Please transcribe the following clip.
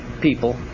people